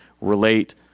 relate